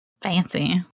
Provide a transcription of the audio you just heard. Fancy